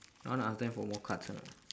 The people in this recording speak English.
you want to ask them for more cards or not